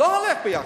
לא הולך יחד.